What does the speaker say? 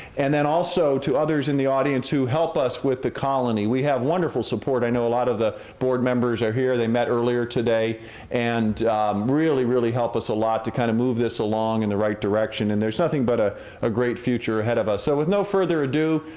and then also to others in the audience who helped us with the colony. we have wonderful support. i know a lot of the board members are here, they met earlier today and really, really helped us a lot to kind of move this along in the right direction, and there's nothing but ah a great future ahead of us. so, with no further ado,